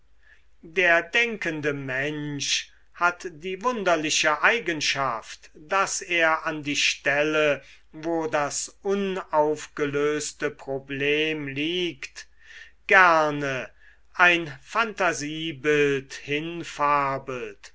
der denkende mensch hat die wunderliche eigenschaft daß er an die stelle wo das unaufgelöste problem liegt gerne ein phantasiebild hinfabelt